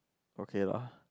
okay lah